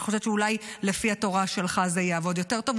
אני חושבת שאולי לפי התורה שלך זה יעבוד יותר טוב,